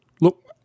look